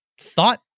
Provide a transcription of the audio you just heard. thought